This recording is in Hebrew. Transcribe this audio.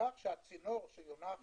בכך שהצינור שיונח